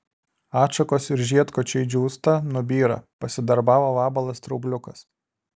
atšakos ir žiedkočiai džiūsta nubyra pasidarbavo vabalas straubliukas